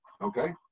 Okay